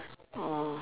oh